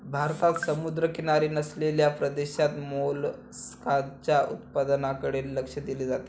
भारतात समुद्रकिनारी नसलेल्या प्रदेशात मोलस्काच्या उत्पादनाकडे लक्ष दिले जाते